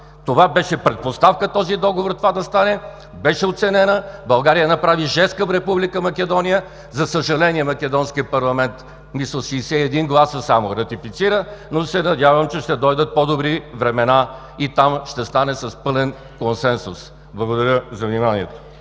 Това беше предпоставка този договор да стане, беше оценена, България направи жест към Република Македония. За съжаление, македонският парламент – мисля, че с 61 гласа само ратифицира, но се надявам, че ще дойдат по-добри времена и там ще стане с пълен консенсус. Благодаря за вниманието.